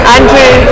Andrew